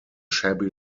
shabby